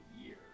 year